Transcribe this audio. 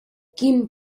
quin